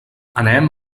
anem